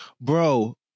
Bro